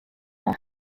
not